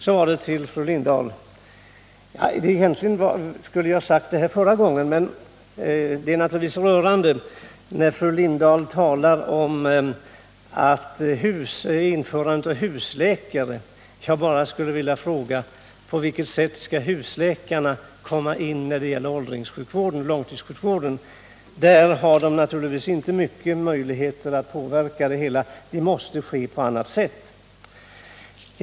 Så till statsrådet Hedda Lindahl — egentligen skulle jag ha sagt detta i mitt förra anförande. Det är naturligtvis rörande när fru Lindahl talar om införandet av husläkare. Jag skulle bara vilja fråga: På vilket sätt skall husläkarna komma in när det gäller åldringssjukvården och långtidssjukvården? Där har de naturligtvis inte stora möjligheter att påverka det hela — det måste ske på annat sätt.